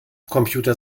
computer